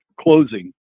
closing